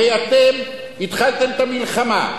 הרי אתם התחלתם את המלחמה,